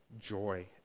joy